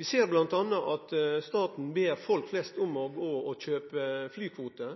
Vi ser bl.a. at staten ber folk flest om å gå og kjøpe